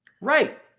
Right